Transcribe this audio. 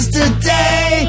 today